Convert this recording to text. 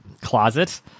closet